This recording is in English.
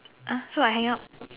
ah so I hang up